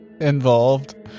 involved